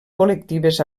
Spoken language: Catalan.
col·lectives